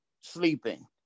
sleeping